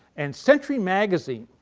and century magazine